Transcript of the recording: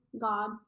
God